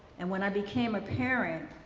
and when i became a parent,